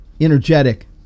Energetic